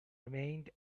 remained